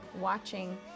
watching